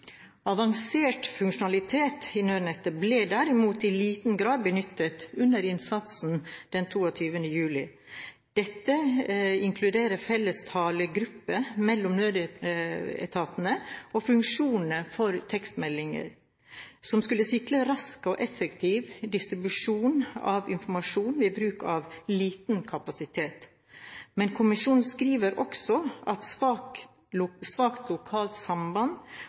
Avansert funksjonalitet i nødnettet ble derimot i liten grad benyttet under innsatsen den 22. juli i fjor. Dette inkluderer felles talegrupper mellom nødetatene og funksjonene for tekstmeldinger som skulle sikre rask og effektiv distribusjon av informasjon med bruk av lite kapasitet. Men kommisjonen skriver også at svakt lokalt samband